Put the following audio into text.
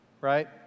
Right